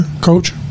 coach